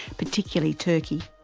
particularly turkey.